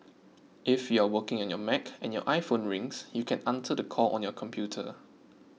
if you are working on your Mac and your iPhone rings you can answer the call on your computer